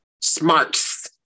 smarts